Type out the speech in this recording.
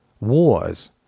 Wars